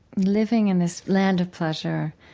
living in this land of pleasure,